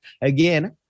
Again